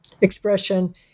expression